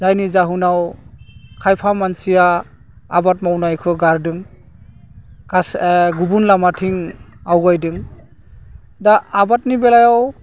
जायनि जाहोनाव खायफा मानसिया आबाद मावनायखौ गारदों गुबुन लामाथिं आवगायदों दा आबादनि बेलायाव